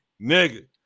nigga